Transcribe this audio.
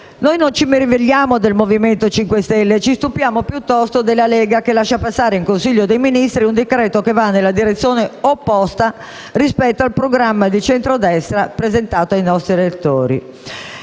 Noi non ci meravigliamo del MoVimento 5 Stelle, ma ci stupiamo piuttosto della Lega, che lascia passare in Consiglio dei ministri un decreto-legge che va nella direzione opposta rispetto al programma di centrodestra presentato ai nostri elettori.